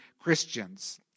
Christians